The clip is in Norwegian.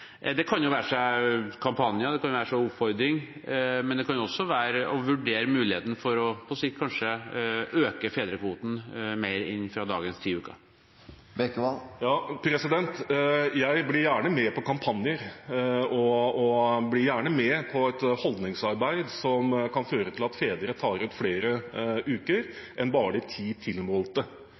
det kan også være å vurdere muligheten for på sikt kanskje å øke fedrekvoten fra dagens ti uker. Jeg blir gjerne med på kampanjer, og jeg blir gjerne med på et holdningsarbeid som kan føre til at fedre tar ut flere uker enn bare de ti tilmålte.